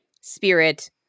spirit